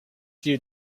due